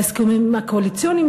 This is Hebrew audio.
בהסכמים הקואליציוניים,